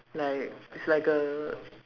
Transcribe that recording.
like is like a